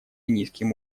низким